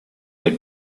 that